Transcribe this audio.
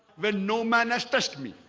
when no man has touched me.